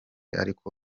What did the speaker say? ariko